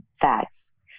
facts